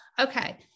Okay